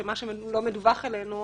שמה שלא מדווח אלינו,